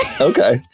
Okay